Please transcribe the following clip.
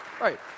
right